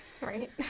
right